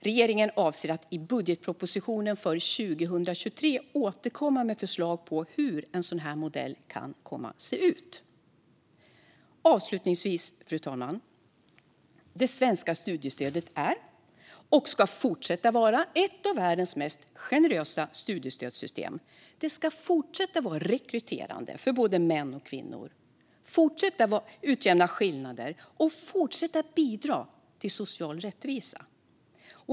Regeringen avser att i budgetpropositionen för 2023 återkomma med förslag på hur en sådan modell kan se ut. Fru talman! Avslutningsvis: Det svenska studiestödet är, och ska fortsätta vara, ett av världens mest generösa studiestödssystem. Det ska fortsätta vara rekryterande för både män och kvinnor och fortsätta utjämna skillnader och bidra till social rättvisa.